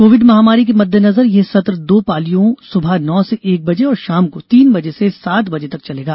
Covid महामारी के मद्देनजर यह सत्र दो पालियों सुबह नौ से एक बजे और शाम को तीन बजे से सात बजे तक चलेगा